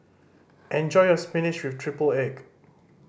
enjoy your spinach with triple egg